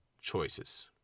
choices